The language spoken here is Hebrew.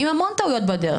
עם המון טעויות בדרך